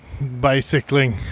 bicycling